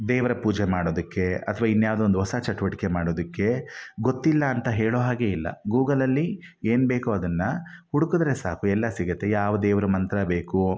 ದೇವರ ಪೂಜೆ ಮಾಡೋದಕ್ಕೆ ಅಥ್ವಾ ಇನ್ಯಾವುದೋ ಒಂದು ಹೊಸ ಚಟುವಟಿಕೆ ಮಾಡೋದಕ್ಕೆ ಗೊತ್ತಿಲ್ಲ ಅಂತ ಹೇಳೋ ಹಾಗೆಯಿಲ್ಲ ಗೂಗಲಲ್ಲಿ ಏನು ಬೇಕೋ ಅದನ್ನು ಹುಡುಕಿದರೆ ಸಾಕು ಎಲ್ಲ ಸಿಗುತ್ತೆ ಯಾವ ದೇವರ ಮಂತ್ರ ಬೇಕು